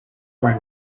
were